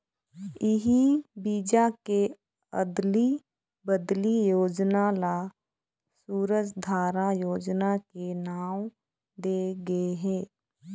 इही बीजा के अदली बदली योजना ल सूरजधारा योजना के नांव दे गे हे